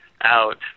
out